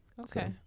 Okay